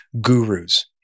Gurus